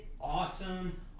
awesome